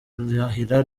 irahira